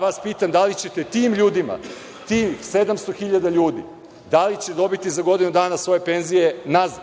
vas, da li ćete tim ljudima, tim 700.000 ljudi, da li će dobiti za godinu dana svoje penzije nazad?